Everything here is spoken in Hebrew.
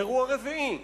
אירוע רביעי,